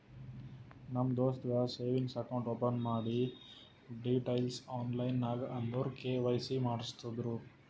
ನಮ್ ದೋಸ್ತಗ್ savings account open ಮಾಡಿ ಡೀಟೈಲ್ಸ್ ಆನ್ಲೈನ್ ನಾಗ್ ಅಂದುರ್ ಕೆ.ವೈ.ಸಿ ಮಾಡ್ಸುರು